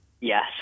Yes